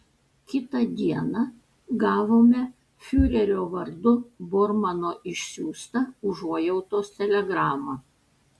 kitą dieną gavome fiurerio vardu bormano išsiųstą užuojautos telegramą